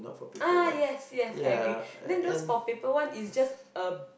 ah yes yes I agree then those for paper one is just a